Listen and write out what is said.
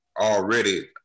already